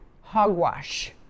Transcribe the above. hogwash